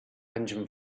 engine